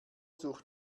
sucht